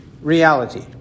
reality